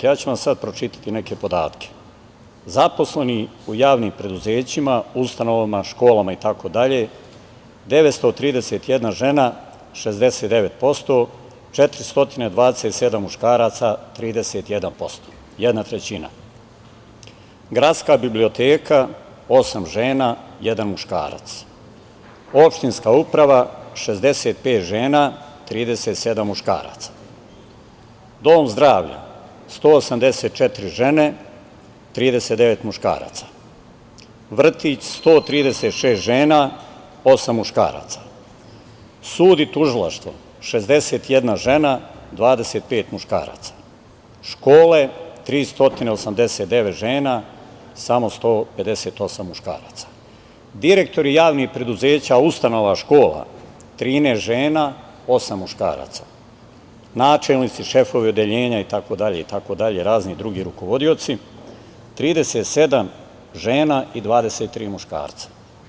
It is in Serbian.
Ja ću vam sada pročitati neke podatke: zaposleni u javnim preduzećima, ustanovama, školama itd. 931 žena - 69%, 427 muškaraca - 31%, jedna trećina; Gradska biblioteka - osam žena, jedan muškarac; opštinska uprava - 65 žena, 37 muškaraca; Dom zdravlja - 184 žene, 39 muškaraca; vrtić - 136 žena, osam muškaraca; sud i tužilaštvo - 61 žena, 25 muškaraca; škole - 389 žena, samo 158 muškaraca; direktori javnih preduzeća, ustanova, škola - 13 žena, osam muškaraca; načelnici, šefovi odeljenja, razni drugi rukovodioci - 37 žena i 23 muškarca.